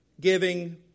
giving